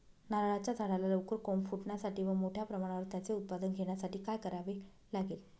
नारळाच्या झाडाला लवकर कोंब फुटण्यासाठी व मोठ्या प्रमाणावर त्याचे उत्पादन घेण्यासाठी काय करावे लागेल?